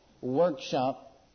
workshop